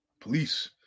Police